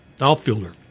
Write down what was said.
outfielder